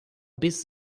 biss